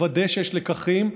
לוודא שיש לקחים,